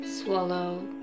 Swallow